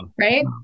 Right